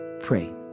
pray